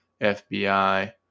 FBI